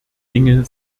dingen